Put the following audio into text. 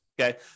okay